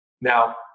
Now